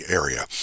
area